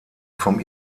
vom